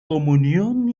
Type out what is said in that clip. comunión